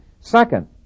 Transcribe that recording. Second